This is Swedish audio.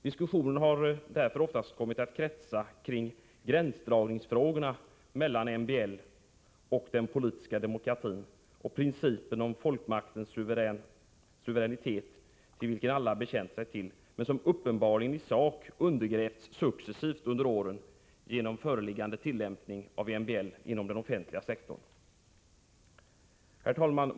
Diskussionen har därför oftast kommit att kretsa kring gränsdragningen mellan MBL och den politiska demokratin och principen om folkmaktens suveränitet, till vilken alla har bekänt sig, men som uppenbarligen i sak har undergrävts successivt under åren genom föreliggande tillämpning av MBL inom den offentliga sektorn. Herr talman!